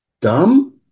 dumb